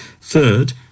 third